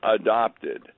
adopted